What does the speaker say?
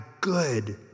good